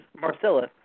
Marcella